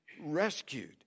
rescued